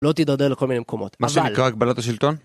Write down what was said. לא תידרדר לכל מיני מקומות. מה שנקרא הגבלת השלטון?